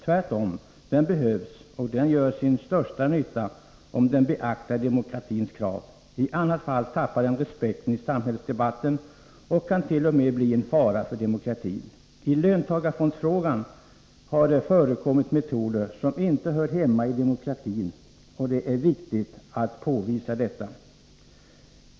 Tvärtom behövs den, och den gör sin största nytta om den beaktar demokratins krav. I annat fall tappar folk respekten för samhällsdebatten, och detta skulle t.o.m. kunna innebära en fara för demokratin. I löntagarfondsfrågan har det förekommit metoder som inte hör hemma i demokratin, och det är viktigt att påvisa detta.